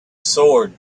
sword